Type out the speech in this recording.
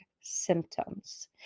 symptoms